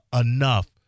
enough